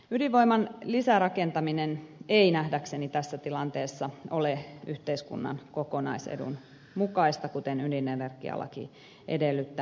ydinvoiman lisärakentaminen ei nähdäkseni tässä tilanteessa ole yhteiskunnan kokonaisedun mukaista kuten ydinenergialaki edellyttää